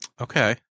Okay